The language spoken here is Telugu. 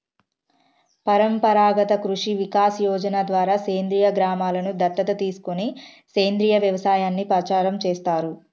పరంపరాగత్ కృషి వికాస్ యోజన ద్వారా సేంద్రీయ గ్రామలను దత్తత తీసుకొని సేంద్రీయ వ్యవసాయాన్ని ప్రచారం చేస్తారు